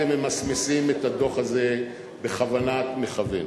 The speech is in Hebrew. אתם ממסמסים את הדוח הזה בכוונת מכוון